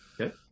Okay